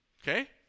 Okay